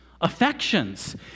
affections